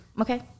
Okay